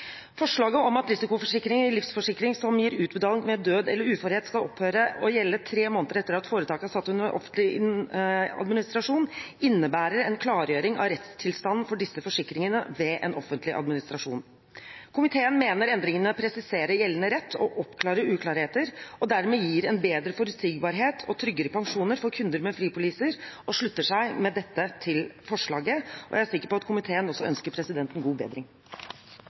Forslaget om at risikoforsikringer i livsforsikring som gir utbetaling ved død eller uførhet, skal opphøre å gjelde tre måneder etter at foretaket er satt under offentlig administrasjon, innebærer en klargjøring av rettstilstanden for disse forsikringene ved en offentlig administrasjon. Komiteen mener at endringene presiserer gjeldende rett og oppklarer uklarheter og dermed gir en bedre forutsigbarhet og tryggere pensjoner for kunder med fripoliser, og slutter seg med dette til forslaget. Og jeg er sikker på at komiteen også ønsker presidenten god bedring!